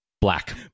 Black